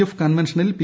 F കൺവെൻഷനിൽ P